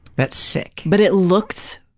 that's sick. but it looked